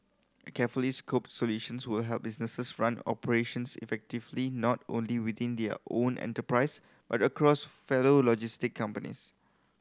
carefully scoped solutions will help businesses run operations effectively not only within their own enterprise but across fellow logistic companies